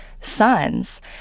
sons